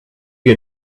you